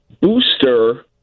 booster